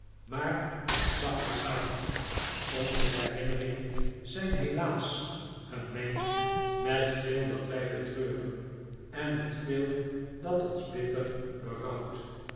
maar een zachte smart onze herinneringen zijn helaas gemengd met veel dat wij betreuren en met veel dat ons bitter berouwt